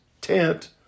tent